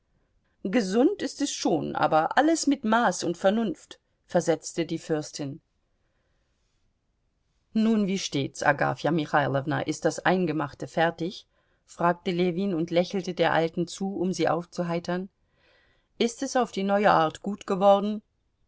gesund ist es schon aber alles mit maß und vernunft versetzte die fürstin nun wie steht's agafja michailowna ist das eingemachte fertig fragte ljewin und lächelte der alten zu um sie aufzuheitern ist es auf die neue art gut geworden